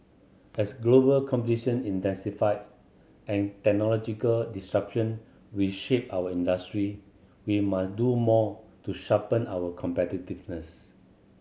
as global competition intensify and technological disruption reshape our industry we must do more to sharpen our competitiveness